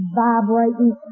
vibrating